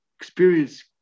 experience